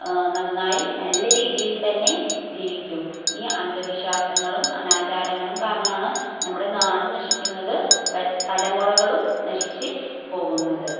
നന്നായി നല്ല രീതിയിൽ തന്നെ ജീവിക്കും ഈ അന്ധവിശ്വാസങ്ങളും അനാചാരങ്ങളും കാരണമാണ് നമ്മുടെ നാട് നശിക്കുന്നത് തലമുറകളും നശിച്ച് പോകുന്നത്